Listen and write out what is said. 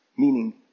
Meaning